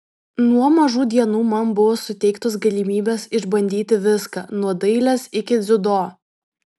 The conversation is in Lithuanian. nuo mažų dienų man buvo suteiktos galimybės išbandyti viską nuo dailės iki dziudo